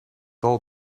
dal